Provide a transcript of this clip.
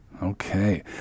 Okay